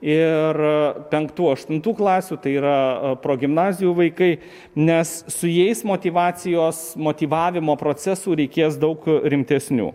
ir penktų aštuntų klasių tai yra progimnazijų vaikai nes su jais motyvacijos motyvavimo procesų reikės daug rimtesnių